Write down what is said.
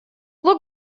look